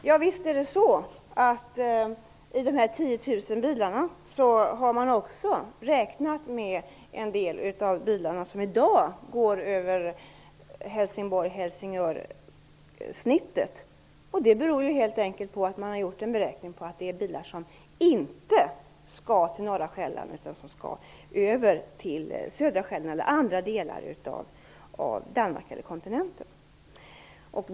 Herr talman! Det stämmer att man i antalet 10 000 bilar har räknat med en del av de bilar som i dag går över Helsingborg-Helsingör. Det beror helt enkelt på att man räknat med att en del bilar inte skall till norra Själland utan över till södra Själland eller andra delar av Danmark eller kontinenten.